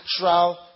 natural